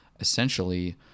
essentially